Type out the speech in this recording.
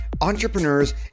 entrepreneurs